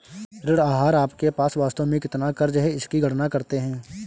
ऋण आहार आपके पास वास्तव में कितना क़र्ज़ है इसकी गणना करते है